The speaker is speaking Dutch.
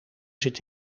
zit